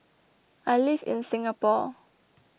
I live in Singapore